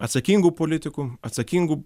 atsakingų politikų atsakingų